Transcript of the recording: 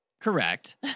Correct